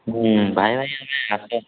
ହଁ ଭାଇ ଭାଇ